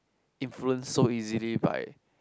influence so easily by